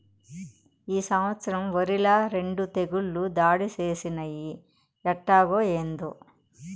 ఈ సంవత్సరం ఒరిల రెండు తెగుళ్ళు దాడి చేసినయ్యి ఎట్టాగో, ఏందో